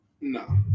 No